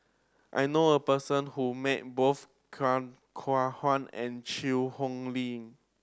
I know a person who met both Khoo Kay Hian and Chew Hock Leong